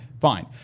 Fine